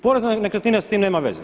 Porez na nekretnine s tim nema veze.